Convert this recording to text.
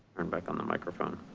turn back on the microphone.